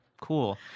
Cool